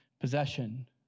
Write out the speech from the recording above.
possession